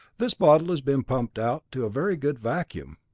this bottle has been pumped out to a very good vacuum.